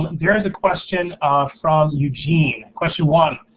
there is a question from eugene. question one.